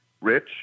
rich